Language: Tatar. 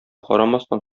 карамастан